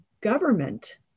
government